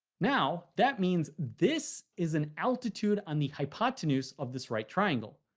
now, that means this is an altitude on the hypotenuse of this right triangle.